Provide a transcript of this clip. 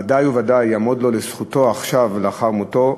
ודאי וודאי יעמדו לו, לזכותו, עכשיו לאחר מותו.